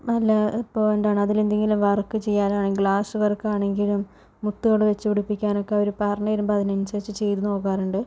നല്ല ഇപ്പോൾ എന്താണ് അതിലെന്തെങ്കിലും വർക്ക് ചെയ്യാനാണെങ്കിൽ ഗ്ലാസ് വർക്കാണെങ്കിലും മുത്തുകൾ വച്ചു പിടിപ്പിക്കാനൊക്കെ അവർ പറഞ്ഞു തരുമ്പോൾ അതിനനുസരിച്ച് ചെയ്തു നോക്കാറുണ്ട്